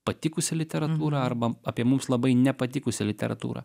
patikusį literatūrą arba apie mums labai nepatikusią literatūrą